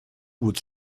boots